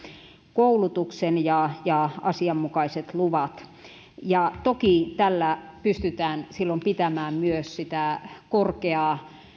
koulutuksen ja ja asianmukaiset luvat toki tällä pystytään silloin pitämään myös sitä korkeaa